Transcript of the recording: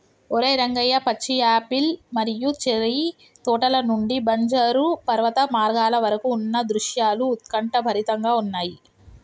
ఓరై రంగయ్య పచ్చి యాపిల్ మరియు చేర్రి తోటల నుండి బంజరు పర్వత మార్గాల వరకు ఉన్న దృశ్యాలు ఉత్కంఠభరితంగా ఉన్నయి